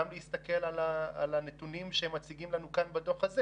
גם להסתכל על הנתונים שמציגים לנו כאן בדוח הזה